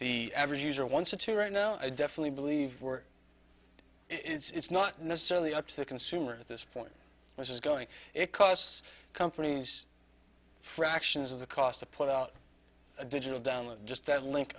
the average user once or two right now i definitely believe we're it's not necessarily up to the consumer at this point which is going it costs companies fractions of the cost to put out a digital download just that link